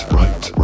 right